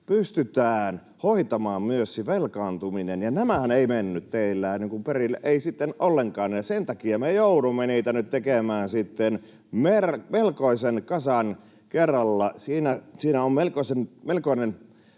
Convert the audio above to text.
pystytään hoitamaan myös se velkaantuminen. Ja nämähän eivät menneet teille perille, eivät sitten ollenkaan, ja sen takia me joudumme niitä nyt tekemään sitten melkoisen kasan kerralla. Siinä on melkoinen